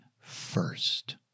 first